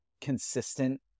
consistent